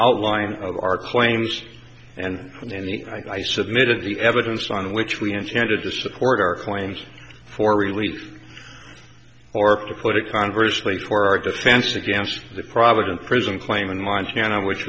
outline of our claims and in any i submitted the evidence on which we intended to support our claims for relief or to put it conversely for our defense against the providence prison claim in montana which